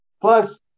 Plus